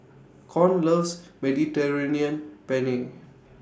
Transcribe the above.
Con loves Mediterranean Penne